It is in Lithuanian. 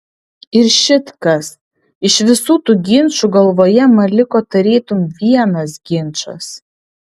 ir šit kas iš visų tų ginčų galvoje man liko tarytum vienas ginčas